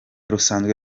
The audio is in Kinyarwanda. rusanzwe